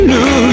New